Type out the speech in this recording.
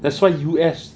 that's why U_S